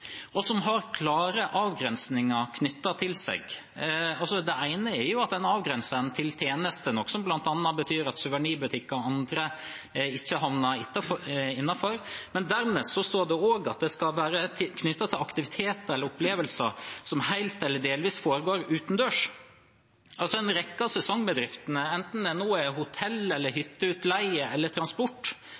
som har klare avgrensninger knyttet til seg. Det ene er at den avgrenser den til tjenester, som bl.a. betyr at suvenirbutikker og andre ikke havner innenfor. Dernest står det også at det skal være knyttet til aktiviteter eller opplevelser som helt eller delvis foregår utendørs. En rekke av sesongbedriftene, enten det nå er hotell eller hytteutleie eller transport,